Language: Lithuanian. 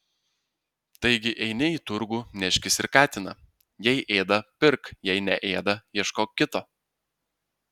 taigi eini į turgų neškis ir katiną jei ėda pirk jei neėda ieškok kito